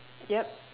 yup